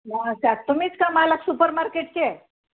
अच्छा तुम्हीच का मालक सुपरमार्केटचे